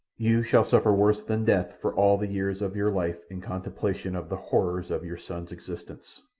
you shall suffer worse than death for all the years of your life in contemplation of the horrors of your son's existence.